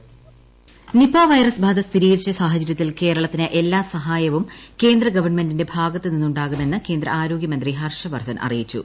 ഹർഷവർദ്ധൻ കേരളത്തിൽ നിപ വൈറസ് ബാധ സ്ഥിരീകരിച്ച സാഹചര്യത്തിൽ കേരളത്തിന് എല്ലാ സഹായവും കേന്ദ്ര ഗവൺമെന്റിന്റെ ഭാഗത്തുനിന്നുണ്ടാകുമെന്ന് കേന്ദ്ര ആരോഗ്യമന്ത്രി ഹർഷ വർദ്ധൻ അറിയിച്ചു